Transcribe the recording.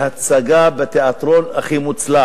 במחשבה איך אנחנו לא נזקקים לווטו